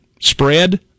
spread